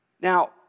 Now